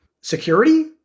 security